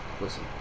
listen